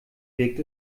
wirkt